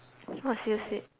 !wah! seriously